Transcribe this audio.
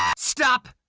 and stop.